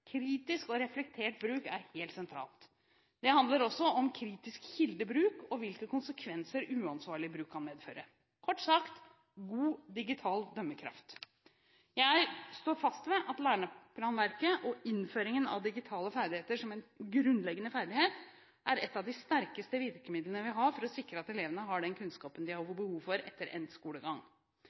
Kritisk og reflektert bruk er helt sentralt. Det handler også om kritisk kildebruk og hvilke konsekvenser uansvarlig bruk kan medføre. Kort sagt: god digital dømmekraft. Jeg står fast ved at læreplanverket og innføringen av digitale ferdigheter som en grunnleggende ferdighet er et av de sterkeste virkemidlene vi har for å sikre at elevene har den kunnskapen de har behov for etter endt skolegang.